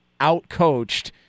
outcoached